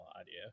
idea